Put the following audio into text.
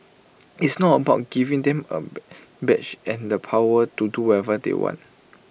it's not about giving them A badge and the powers to do whatever they want